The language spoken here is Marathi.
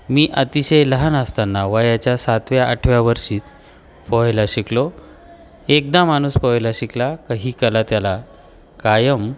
मी अतिशय लहान असताना वयाच्या सातव्या आठव्या वर्षी पोहायला शिकलो एकदा माणूस पोहायला शिकला का ही कला त्याला कायम